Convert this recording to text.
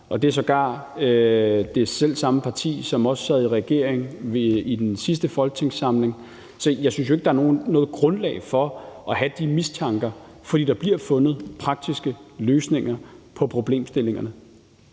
og det er sågar det selv samme parti, som også sad i regering i den sidste folketingssamling, der har gjort det. Så jeg synes jo ikke, der er noget grundlag for at have de mistanker, for der bliver fundet praktiske løsninger på problemstillingerne.